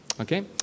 Okay